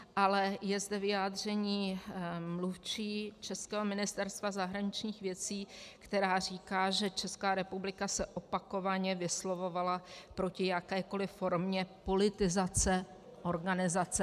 Ale je zde vyjádření mluvčí českého ministerstva zahraničních věcí, která říká, že Česká republika se opakovaně vyslovovala proti jakékoliv formě politizace organizace UNESCO.